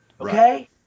Okay